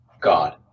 god